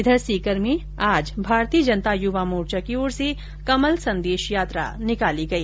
उधर सीकर में आज भारतीय जनता युवा मोर्चा की ओर से कमल संदेश यात्रा निकाली गई